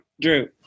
Drew